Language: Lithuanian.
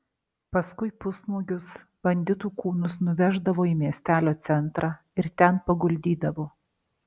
paskui pusnuogius banditų kūnus nuveždavo į miestelio centrą ir ten paguldydavo